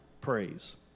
Praise